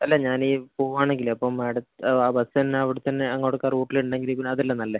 അല്ല ഞാൻ പോവുകയാണെങ്കിൽ അപ്പം ആ ബസ് തന്നെ അവിടെത്തന്നെ അങ്ങോട്ടേക്ക് ആ റൂട്ടിൽ ഉണ്ടെങ്കിൽ പിന്നെ അതല്ലേ നല്ലത്